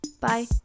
bye